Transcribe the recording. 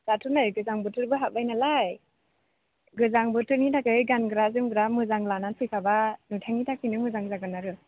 दाथ' नै गोजां बोथोरबो हाब्बाय नालाय गोजां बोथोरनि थाखाय गानग्रा जोमग्रा मोजां लानानै फैखाबा नोंथांनि थाखायनो मोजां जागोन आरो